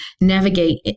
navigate